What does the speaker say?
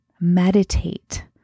meditate